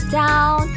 down